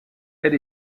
elle